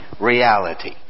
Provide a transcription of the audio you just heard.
Reality